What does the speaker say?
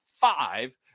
five